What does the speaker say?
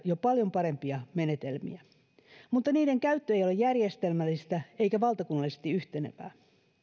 jo paljon parempia menetelmiä mutta niiden käyttö ei ole järjestelmällistä eikä valtakunnallisesti yhtenevää